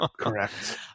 Correct